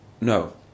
No